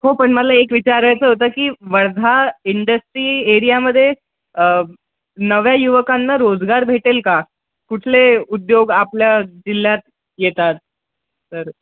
हो पण मला एक विचारायचं होतं की वर्धा इंडस्ट्री एरियामध्ये नव्या युवकांना रोजगार भेटेल का कुठले उद्योग आपल्या जिल्ह्यात येतात तर